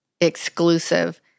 exclusive